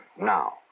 Now